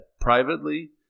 privately